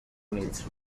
units